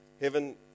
Heaven